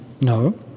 no